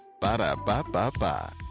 Ba-da-ba-ba-ba